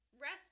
rest